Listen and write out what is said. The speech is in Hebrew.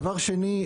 דבר שני,